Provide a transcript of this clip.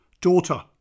Daughter